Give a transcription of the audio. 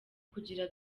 kugira